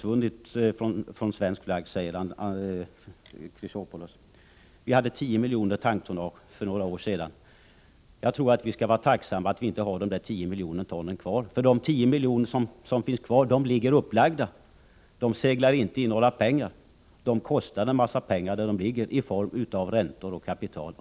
Vi hade ett tanktonnage på 10 miljoner ton för några år sedan, och jag tror att vi skall vara tacksamma för att vi nu inte har det kvar. Fartygen ligger upplagda och seglar inte in några pengar, utan kostar en massa pengar i form av räntor och kapital.